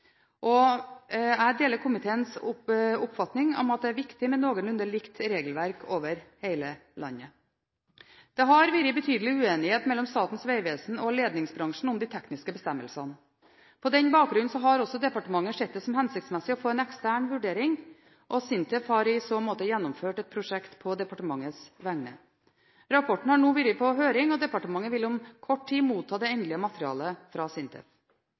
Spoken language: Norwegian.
Jeg deler komiteens oppfatning om at det er viktig med noenlunde likt regelverk over hele landet. Det har vært betydelig uenighet mellom Statens vegvesen og ledningsbransjen om de tekniske bestemmelsene. På den bakgrunn har også departementet sett det som hensiktsmessig å få en ekstern vurdering, og SINTEF har i så måte gjennomført et prosjekt på departementets vegne. Rapporten har nå vært på høring, og departementet vil om kort tid motta det endelige materialet fra SINTEF.